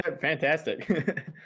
Fantastic